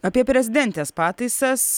apie prezidentės pataisas